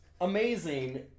amazing